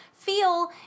feel